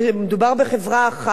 מדובר בחברה אחת.